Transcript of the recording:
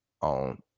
on